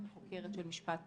חוקרת של משפט פלילי,